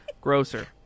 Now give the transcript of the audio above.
Grocer